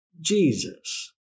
Jesus